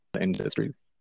industries